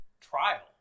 trial